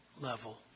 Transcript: level